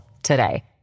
today